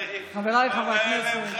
שרים, ועוד עשרה סגני שרים, ועוד היה להם ח"כים,